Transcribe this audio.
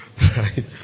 right